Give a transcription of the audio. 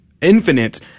infinite